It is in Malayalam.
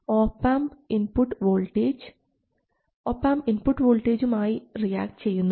ഒപാംപ് ഇൻപുട്ട് വോൾട്ടേജും ആയി റിയാക്റ്റ് ചെയ്യുന്നു